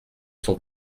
sont